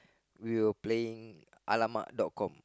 we were playing !alamak! dot com